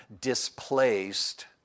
displaced